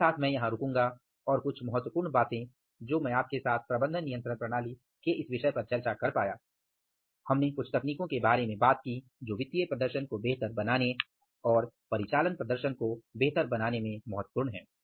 इसके साथ मैं यहाँ रूकूंगा और कुछ महत्वपूर्ण बातें जो मैं आपके साथ प्रबंधन नियंत्रण प्रणाली के इस विषय पर चर्चा कर पाया हमने कुछ तकनीकों के बारे में बात की जो वित्तीय प्रदर्शन को बेहतर बनाने और परिचालन प्रदर्शन को बेहतर बनाने में महत्वपूर्ण हैं